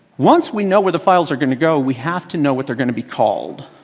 once we know where the files are going to go, we have to know what they're going to be called.